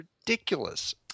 ridiculous